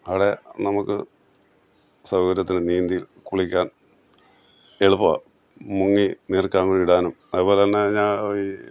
അവിടെ നമുക്ക് സൗകര്യത്തിന് നീന്തി കുളിക്കാൻ എളുപ്പമാണ് മുങ്ങി നീർക്കാൻ കുഴി ഇടാനും അതുപോലെ തന്നെ ഞാൻ ഈ